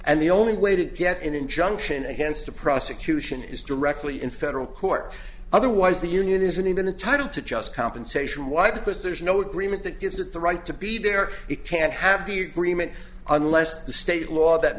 and the only way to get an injunction against a prosecution is directly in federal court otherwise the union isn't even entitle to just compensation why because there's no dream it that gives it the right to be there it can't have the agreement unless the state law that